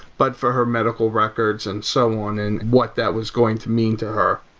but for her medical records and so on and what that was going to mean to her.